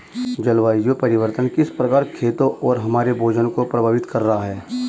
जलवायु परिवर्तन किस प्रकार खेतों और हमारे भोजन को प्रभावित कर रहा है?